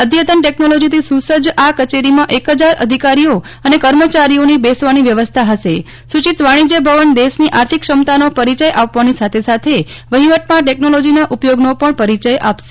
અઘતન ટેકનોલોજીથી સુસજજ આ કચેરી માં એક હજાર અધિકારી ઓ અને કર્મચારીઓની બેસવાની વ્યવસ્થા હશે સુચિત વાણિજય ભવન દેશની આર્થિક ક્ષમતાનો પરિચય આપવાની સાથે સાથે વહીવટમાં ટેકનોલોજીના ઉપયોગનો પણ પરિચય આપશે